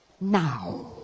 now